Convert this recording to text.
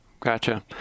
Gotcha